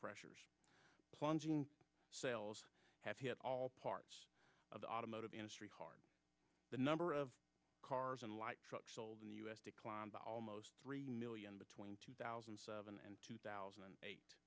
pressures plunging sales have hit all parts of the automotive industry hard the number of cars and light trucks sold in the us declined by almost three million between two thousand and seven and two thousand and eight